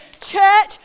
Church